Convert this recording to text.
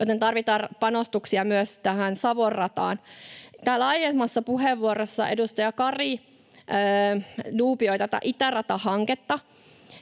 joten tarvitaan panostuksia myös Savon rataan. Täällä aiemmassa puheenvuorossa edustaja Kari duubioi tätä itäratahanketta,